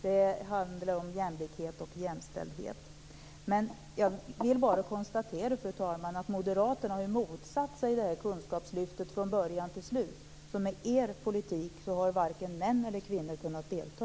Det handlar om jämlikhet och jämställdhet. Jag vill bara konstatera, fru talman, att moderaterna ju har motsatt sig kunskapslyftet från början till slut, så med deras politik hade varken män eller kvinnor kunnat delta.